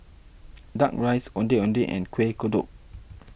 Duck Rice Ondeh Ondeh and Kuih Kodok